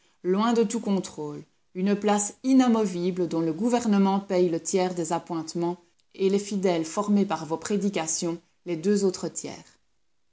loin de tout contrôle une place inamovible dont le gouvernement paie le tiers des appointements et les fidèles formés par vos prédications les deux autres tiers